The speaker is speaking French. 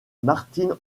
martine